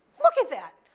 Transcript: look at that!